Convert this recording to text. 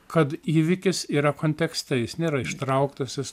kad įvykis yra kontekste jis nėra ištrauktas jis